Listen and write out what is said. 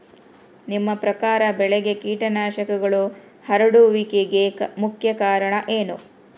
ನಿಮ್ಮ ಪ್ರಕಾರ ಬೆಳೆಗೆ ಕೇಟನಾಶಕಗಳು ಹರಡುವಿಕೆಗೆ ಮುಖ್ಯ ಕಾರಣ ಏನು?